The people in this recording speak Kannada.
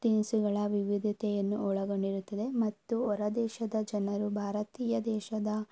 ತಿನಿಸುಗಳ ವಿವಿಧತೆಯನ್ನು ಒಳಗೊಂಡಿರುತ್ತದೆ ಮತ್ತು ಹೊರದೇಶದ ಜನರು ಭಾರತೀಯ ದೇಶದ